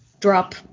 drop